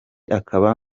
akaba